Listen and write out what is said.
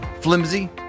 flimsy